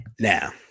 Now